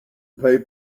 pay